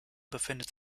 befindet